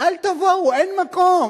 אל תבואו, אין מקום.